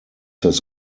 his